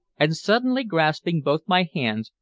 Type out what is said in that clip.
and suddenly grasping both my hands,